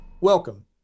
Welcome